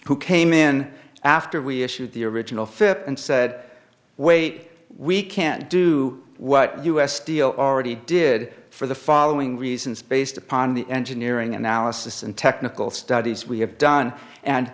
who came in after we issued the original fip and said wait we can't do what us deal already did for the following reasons based upon the engineering analysis and technical studies we have done and